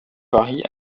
paris